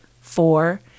four